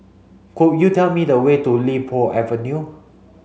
could you tell me the way to Li Po Avenue